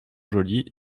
joli